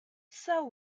sell